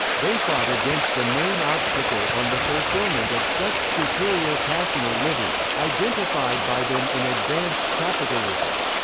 they fought against the main obstacle on the fulfillment of such superior passional living, identified by them in advanced capitalism.